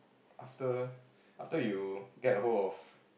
after after you get a hold of